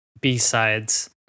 B-sides